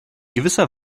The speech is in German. gewisser